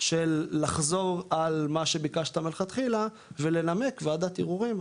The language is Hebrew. של לחזור על מה שביקשת מלכתחילה ולנמק וועדת ערעורים,